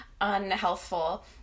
unhealthful